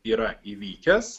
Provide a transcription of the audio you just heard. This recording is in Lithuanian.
yra įvykęs